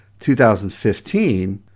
2015